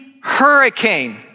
hurricane